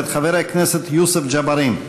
מאת חבר הכנסת יוסף ג'בארין.